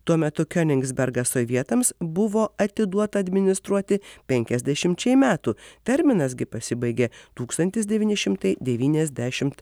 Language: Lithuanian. tuo metu kioningsbergas sovietams buvo atiduota administruoti penkiasdešimčiai metų terminas gi pasibaigė tūkstantis devyni šimtai devyniasdešimt